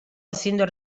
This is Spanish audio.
haciendo